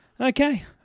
Okay